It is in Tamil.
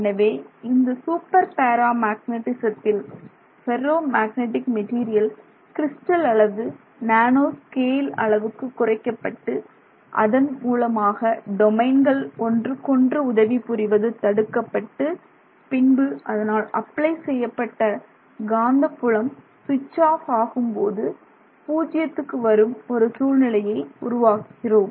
எனவே இந்த சூப்பர் பேரா மேக்னெட்டிசத்தில் ஃபெர்ரோ மேக்னெட்டிக் மெட்டீரியல் கிறிஸ்டல் அளவு நேனோ ஸ்கேல் அளவுக்கு குறைக்கப்பட்டு அதன் மூலமாக டொமைன்கள் ஒன்றுக்கொன்று உதவி புரிவது தடுக்கப்பட்டு பின்பு அதனால் அப்ளை செய்யப்பட்ட காந்தபுலம் ஸ்விட்ச் ஆஃப் ஆகும்போது பூஜ்யத்துக்கு வரும் ஒரு சூழ்நிலையை உருவாக்குகிறோம்